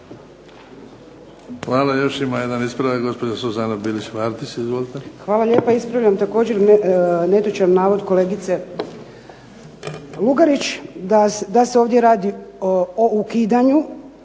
Hvala. Još ima jedan ispravak, gospođa Suzana Bilić Vardić. Izvolite. **Bilić Vardić, Suzana (HDZ)** Hvala lijepa. Ispravljam također netočan navod kolegice Lugarić da se ovdje radi o ukidanju